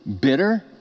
bitter